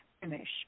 finish